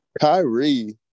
Kyrie